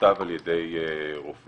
נכתב על ידי רופאים